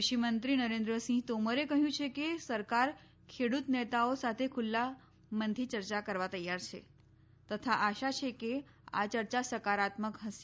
ક્રષિમંત્રી નરેન્દ્રસિંહ તોમરે કહ્યું છે કે સરકાર ખેડ્રત નેતાઓ સાથે ખુલ્લા મનથી ચર્ચા કરવા તૈયાર છે તથા આશા છે કે આ ચર્ચા સકારાત્મક હશે